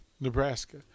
Nebraska